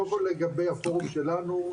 קודם כל לגבי הפורום שלנו,